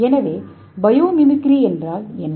எனவே பயோமிமிக்ரி என்றால் என்ன